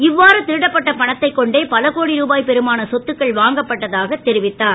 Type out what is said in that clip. இவ்வாறு திருடப்பட்ட பணத்தை கொண்டே பல கோடி ருபாய் பெருமான சொத்துகள் வாங்கப்பட்டதாக தெரிவித்தார்